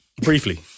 Briefly